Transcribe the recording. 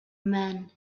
men